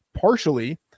Partially